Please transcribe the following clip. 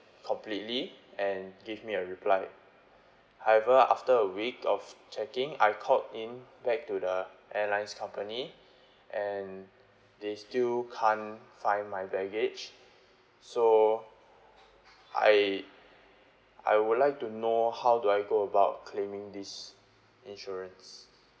completely and give me a reply however after a week of checking I called in back to the airlines company and they still can't find my baggage so I I would like to know how do I go about claiming this insurance